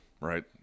right